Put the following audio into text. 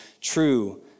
true